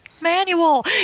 manual